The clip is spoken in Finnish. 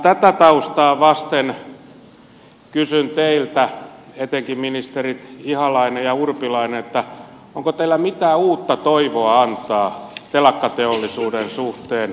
tätä taustaa vasten kysyn teiltä etenkin ministerit ihalainen ja urpilainen onko teillä mitään uutta toivoa antaa telakkateollisuuden suhteen